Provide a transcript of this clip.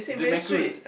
the macaroon